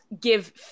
give